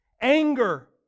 Anger